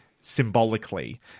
symbolically